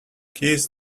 keys